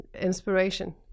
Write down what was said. inspiration